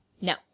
No